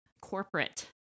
corporate